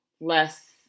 less